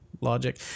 logic